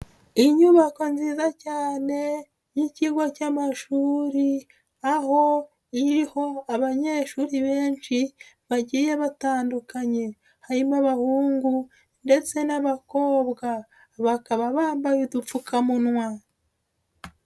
Inyubako nziza cyane y'ikigo cy'amashuri aho iriho abanyeshuri benshi bagiye batandukanye, harimo abahungu ndetse n'abakobwa bakaba bambaye udupfukamunwa.